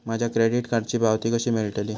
माझ्या क्रेडीट कार्डची पावती कशी मिळतली?